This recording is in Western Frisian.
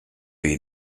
wie